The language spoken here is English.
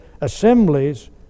assemblies